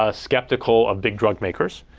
ah skeptical of big drug makers.